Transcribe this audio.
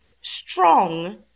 strong